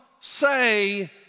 say